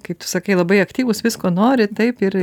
kai tu sakai labai aktyvūs visko nori taip ir